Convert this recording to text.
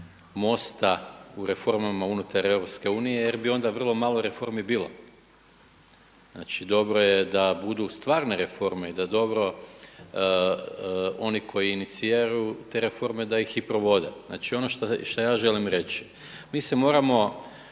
MOST-a u reformama unutar EU jer bi onda vrlo malo reformi bilo. Znači dobro je da budu stvarne reforme i da dobro oni koji iniciraju te reforme da ih i provode. Znači ono što ja želim reći, mi se moramo